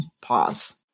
pause